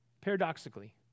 Paradoxically